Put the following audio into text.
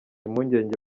impungenge